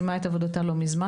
סיימה את עבודתה לא מזמן.